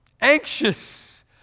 Anxious